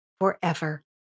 forever